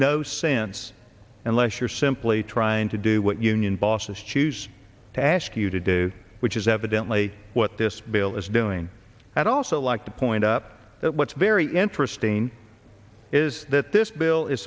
no sense unless you're simply trying to do what union bosses choose to ask you to do which is evidently what this bill is doing i'd also like to point up that what's very interesting is that this bill is